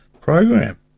program